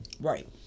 right